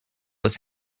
was